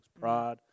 pride